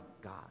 God